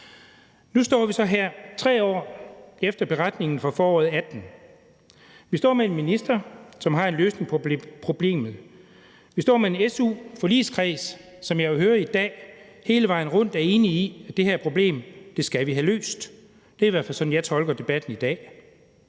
Nu står vi så her 3 år efter beretningen fra foråret 2018. Vi står med en minister, som har en løsning på problemet. Vi står med en su-forligskreds, som jeg jo hører i dag hele vejen rundt er enige i, at det her problem skal vi have løst. Det er i hvert fald sådan, jeg tolker debatten i dag.